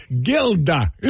Gilda